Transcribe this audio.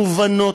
מובנות,